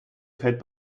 fällt